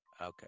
Okay